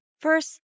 First